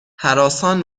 هراسان